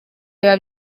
biba